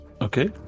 okay